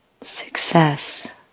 success